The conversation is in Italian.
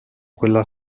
quella